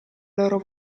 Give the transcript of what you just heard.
loro